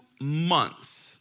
months